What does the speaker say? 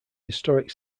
historic